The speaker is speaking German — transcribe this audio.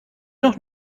noch